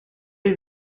est